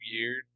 weird